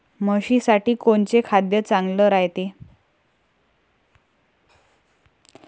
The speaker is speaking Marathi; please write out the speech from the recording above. म्हशीसाठी कोनचे खाद्य चांगलं रायते?